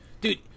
dude